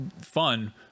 fun